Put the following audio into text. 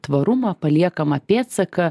tvarumą paliekamą pėdsaką